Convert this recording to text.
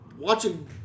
Watching